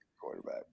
quarterback